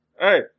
Hey